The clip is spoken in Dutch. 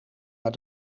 naar